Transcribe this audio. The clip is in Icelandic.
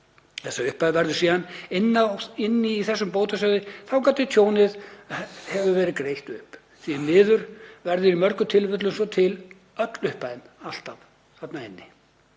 Þessi upphæð verður síðan inni í þessum bótasjóði þangað til tjónið hefur verið greitt upp. Því miður verður í mörgum tilfellum svo til öll upphæðin alltaf þarna inni.